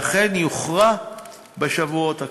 ואכן יוכרע בשבועות הקרובים.